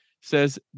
says